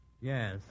Yes